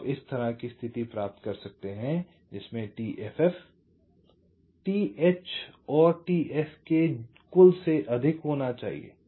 तो आप इस तरह की स्थिति प्राप्त करते हैं t ff th t sk के कुल से अधिक होना चाहिए